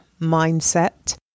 mindset